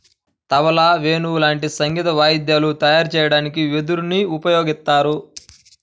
తబలా, వేణువు లాంటి సంగీత వాయిద్యాలు తయారు చెయ్యడానికి వెదురుని ఉపయోగిత్తారు